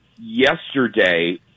yesterday –